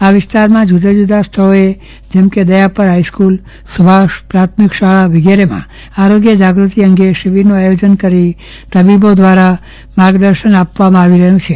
આ વિસ્તારમાં જુદા જુદા સ્થળીએ જેમ કે દયાપર હાઈસ્કુલ સુભાષ પ્રાથમિક શાળા વિગેરેમાં આરોગ્ય જાગૃતિ અંગે શિબિરનું આયોજન કરી તબીબો દ્વારા માર્ગદર્શન આપવામાં આવી રહ્યું છે